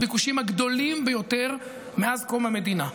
הביקושים הגדולים ביותר מאז קום המדינה,